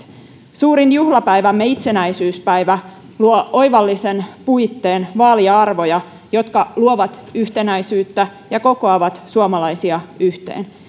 suurin juhlapäivämme itsenäisyyspäivä luo oivallisen puitteen vaalia arvoja jotka luovat yhtenäisyyttä ja kokoavat suomalaisia yhteen